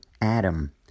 Adam